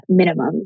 minimums